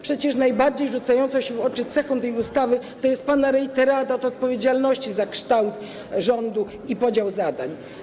Przecież najbardziej rzucającą się w oczy cechą tej ustawy jest pana rejterada od odpowiedzialności za kształt rządu i podział zadań.